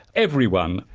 everyone,